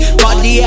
body